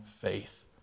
faith